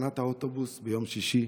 בתחנת האוטובוס ביום שישי,